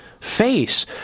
face